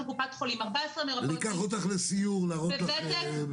אני אקח אותך לסיור להראות לך.